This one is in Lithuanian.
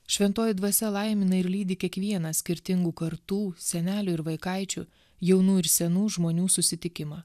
šventoji dvasia laimina ir lydi kiekvieną skirtingų kartų senelių ir vaikaičių jaunų ir senų žmonių susitikimą